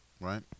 right